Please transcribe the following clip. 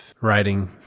writing